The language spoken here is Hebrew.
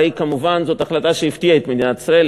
הרי כמובן זאת החלטה שהפתיעה את מדינת ישראל,